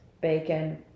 bacon